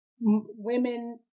women